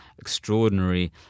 extraordinary